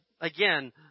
again